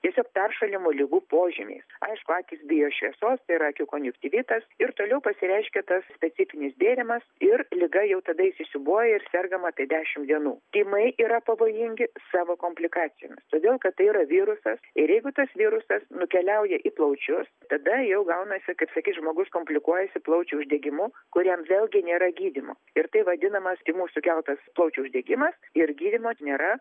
tiesiog peršalimo ligų požymiais aišku akys bijo šviesos ir akių konjunktyvitas ir toliau pasireiškia tas specifinis bėrimas ir liga jau tada įsisiūbuoja ir sergama apie dešim dienų tymai yra pavojingi savo komplikacijomis todėl kad tai yra virusas ir jeigu tas virusas nukeliauja į plaučius tada jau gaunasi kaip sakyt žmogus komplikuojasi plaučių uždegimu kuriam vėlgi nėra gydymo ir tai vadinamas tymų sukeltas plaučių uždegimas ir gydymo nėra